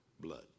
blood